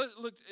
look